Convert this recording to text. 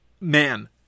man